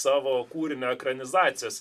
savo kūrinio ekranizacijos